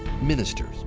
Ministers